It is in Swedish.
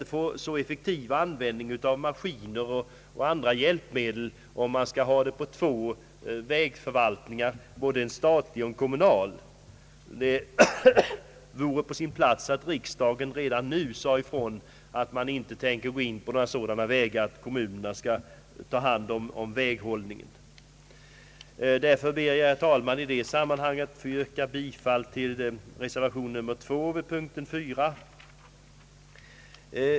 Det går inte att effektivt utnyttja maskiner och andra hjälpmedel, om ansvaret för väghållningen skall vila på två vägförvaltningar, en statlig och en kommunal. Det vore på sin plats att riksdagen redan nu sade ifrån att den inte vill vara med om den ordningen att kommunerna skall ta hand om del av väghållningen. Med det anförda ber jag, herr talman, att få yrka bifall till reservation 2 vid punkten 4.